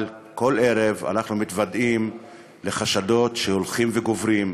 אבל כל ערב אנחנו מתוודעים לחשדות שהולכים וגוברים.